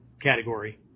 category